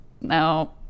no